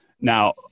Now